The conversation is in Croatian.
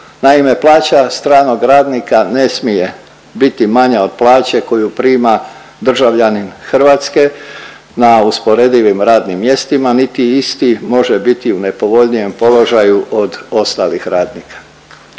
Naime, plaća stranog radnika ne smije biti manja od plaće koju prima državljanin Hrvatske na usporedivim radnim mjestima niti isti može biti u nepovoljnijem položaju od ostalih radnika.